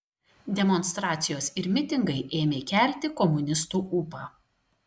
demonstracijos ir mitingai ėmė kelti komunistų ūpą